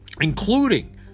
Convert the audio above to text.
including